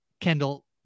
Kendall